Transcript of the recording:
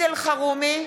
סעיד אלחרומי,